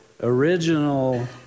original